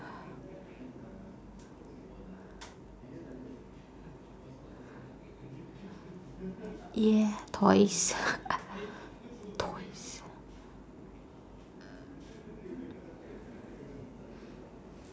yeah toys toys